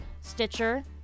Stitcher